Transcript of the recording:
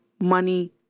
money